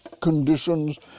conditions